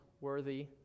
worthy